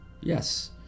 yes